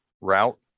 route